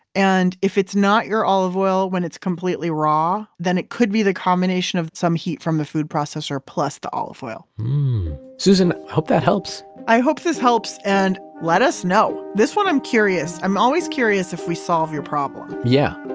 and if it's not your olive oil when completely raw then it could be the combination of some heat from the food processor plus the olive oil susan, i hope that helps i hope this helps, and let us know. this one, i'm curious. i'm always curious if we solve your problem yeah.